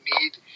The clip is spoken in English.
need